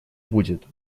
будет